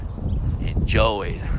enjoy